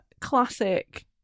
classic